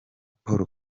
paul